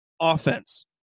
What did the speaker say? offense